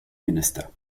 minister